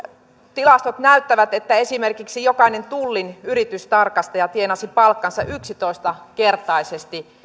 tilastot näyttävät että esimerkiksi jokainen tullin yritystarkastaja tienasi palkkansa yksitoista kertaisesti